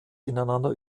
ineinander